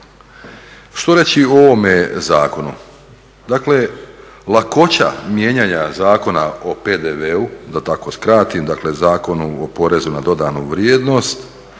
Što reći o ovome zakonu? Dakle lakoća mijenjanja zakona o PDV-u da tako skratim, dakle Zakonu o porezu na dodanu vrijednost